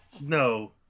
No